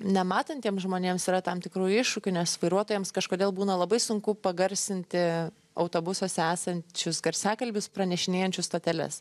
nematantiems žmonėms yra tam tikrų iššūkių nes vairuotojams kažkodėl būna labai sunku pagarsinti autobusuose esančius garsiakalbius pranešinėjančius stoteles